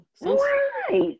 Right